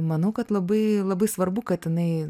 manau kad labai labai svarbu kad jinai